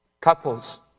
Couples